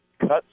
cuts